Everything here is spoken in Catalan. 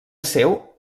seu